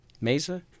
Mesa